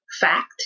fact